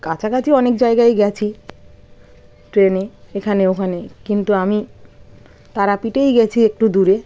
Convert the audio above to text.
কাছাকাছি অনেক জায়গায় গেছি ট্রেনে এখানে ওখানে কিন্তু আমি তারাপীঠেই গেছি একটু দূরে